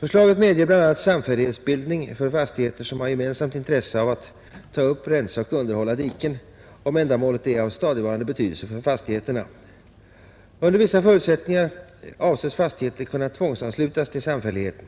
Förslaget medger bl.a. samfällighetsbildning för fastigheter som har gemensamt intresse av att ta upp, rensa och underhålla diken, om ändamålet är av stadigvarande betydelse för fastigheterna. Under vissa förutsättningar avses fastigheter kunna tvångsanslutas till samfälligheten.